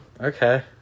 okay